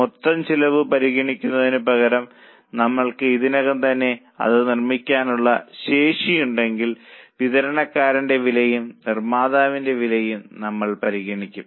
മൊത്തം ചെലവ് പരിഗണിക്കുന്നതിനുപകരം നമ്മൾക്ക് ഇതിനകം തന്നെ അത് നിർമ്മിക്കാനുള്ള ശേഷിയുണ്ടെങ്കിൽ വിതരണക്കാരന്റെ വിലയും നിർമ്മാതാവിന്റെ വിലയും നമ്മൾ പരിഗണിക്കും